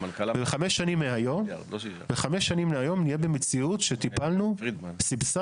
חמש שנים מהיום נהיה במציאות שסבסדנו